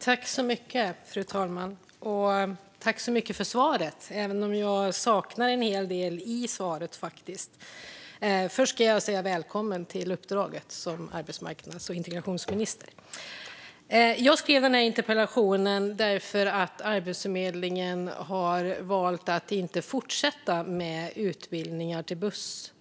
Fru talman! Jag vill tacka så mycket för svaret, även om jag faktiskt saknar en hel del i det. Först ska jag säga välkommen till uppdraget som arbetsmarknads och integrationsminister. Jag skrev denna interpellation därför att Arbetsförmedlingen har valt att inte fortsätta med utbildningar till buss